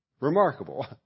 Remarkable